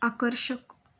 आकर्षक